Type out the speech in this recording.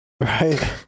right